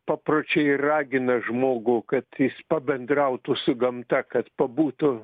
papročiai ragina žmogų kad jis pabendrautų su gamta kad pabūtų